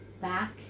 back